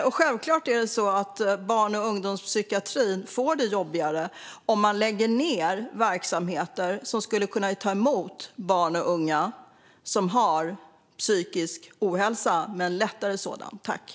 Självklart är det så att barn och ungdomspsykiatrin får det jobbigare om man lägger ned verksamheter som skulle kunna ta emot barn och unga som lider av lättare psykisk ohälsa.